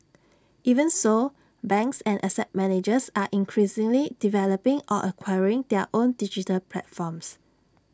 even so banks and asset managers are increasingly developing or acquiring their own digital platforms